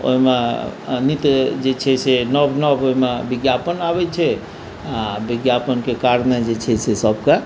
ओहिमे नित जे छै से नव नव ओहिमे विज्ञापन आबैत छै आ विज्ञापनके कारणे जे छै से सभकेँ